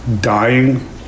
dying